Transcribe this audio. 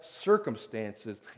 circumstances